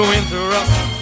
interrupt